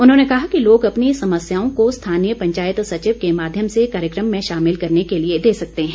उन्होंने कहा कि लोग अपनी समस्याओं को स्थानीय पंचायत सचिव के माध्यम से कार्यक्रम में शामिल करने के लिए दे सकते हैं